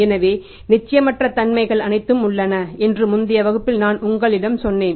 எனவே நிச்சயமற்ற தன்மைகள் அனைத்தும் உள்ளன என்று முந்தைய வகுப்பில் நான் உங்களிடம் சொன்னேன்